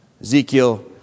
Ezekiel